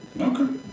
Okay